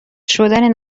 شدن